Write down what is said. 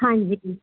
ਹਾਂਜੀ